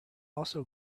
also